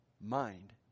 mind